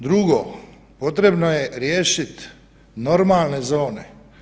Drugo, potrebno je riješiti normalne zone.